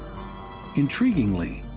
intriguingly,